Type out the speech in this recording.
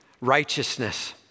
Righteousness